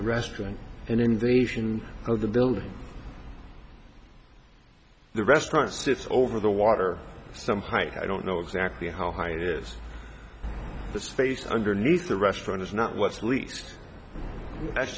the restaurant and in the region of the building the restaurant sits over the water some height i don't know exactly how high is the space underneath the restaurant is not what's least that's